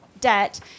debt